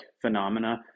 phenomena